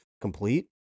complete